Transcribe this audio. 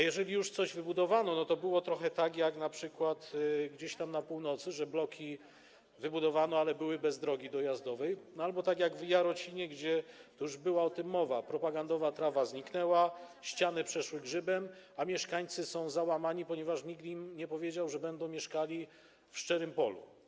Jeśli już coś wybudowano, to było trochę tak, jak np. gdzieś tam na północy, że bloki wybudowano, ale nie było drogi dojazdowej, albo tak jak w Jarocinie, już była o tym mowa, gdzie propagandowa trawa zniknęła, ściany przeszły grzybem, a mieszkańcy są załamani, ponieważ nikt im nie powiedział, że będą mieszkali w szczerym polu.